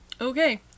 Okay